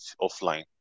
offline